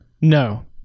No